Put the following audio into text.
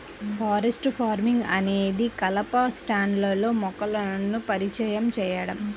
forest farming అనేది కలప స్టాండ్లో మొక్కలను పరిచయం చేయడం